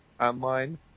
online